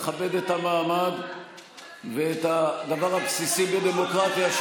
תכבד את המעמד ואת הדבר הבסיסי בדמוקרטיה,